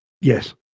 Yes